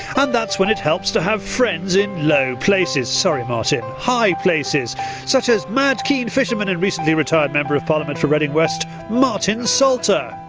and that's when it helps to have friends in low places sorry martin high places such as mad keen fisherman and recently retired member of parliament for reading west, martin salter.